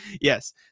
Yes